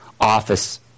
office